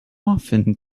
often